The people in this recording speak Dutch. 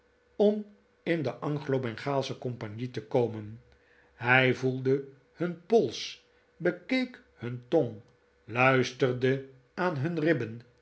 om in de anglo bengaalsche compagnie te komen hij voelde hun pols bekeek hun tong luisterde aan hun ribben